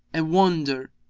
a wonder!